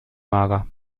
mager